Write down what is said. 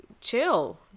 chill